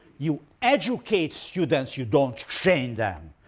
you educate students, you don't train them.